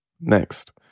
Next